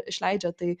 išleidžia tai